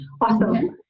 Awesome